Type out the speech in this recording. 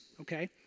okay